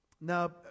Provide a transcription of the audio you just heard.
Now